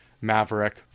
maverick